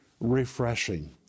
refreshing